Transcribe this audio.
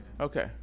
Okay